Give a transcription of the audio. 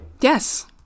Yes